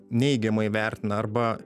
neigiamai vertina arba